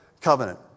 covenant